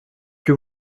que